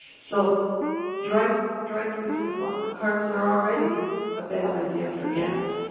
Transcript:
so dry dry foods with lots of carbs are already a bad idea for cats.